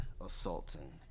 assaulting